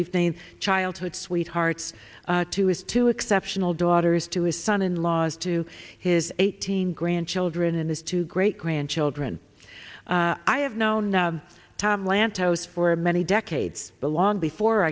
evening childhood sweethearts to his two exceptional daughters to his son in laws to his eighteen grandchildren and his two great grandchildren i have known tom lantos for many decades but long before